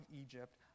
Egypt